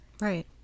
Right